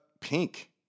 pink